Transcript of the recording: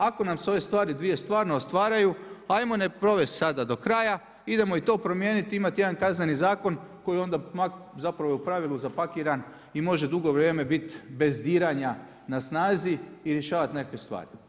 Ako nam se ove stvari dvije stvarno ostvaraju, ajmo ne provest sada do kraja, idemo i to promijeniti, imati jedna Kazneni zakon koji onda i u pravilu zapakiran i može dugo vrijeme biti bez diranja na snazi i rješavati nekakve stvari.